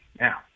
Now